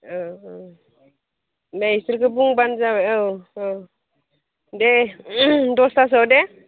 नै इसोरखो बुंब्लानो जाबाय औ दसथासोआव दे